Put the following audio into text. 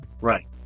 Right